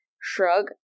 shrug